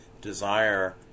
desire